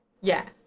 Yes